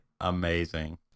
amazing